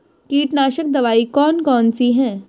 कीटनाशक दवाई कौन कौन सी हैं?